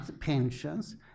pensions